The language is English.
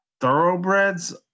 thoroughbreds